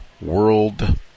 World